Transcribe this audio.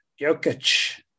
Jokic